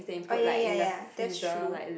oh ya ya ya that's true